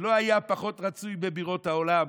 שלא היה פחות רצוי בבירות העולם.